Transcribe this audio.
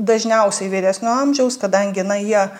dažniausiai vyresnio amžiaus kadangi na jie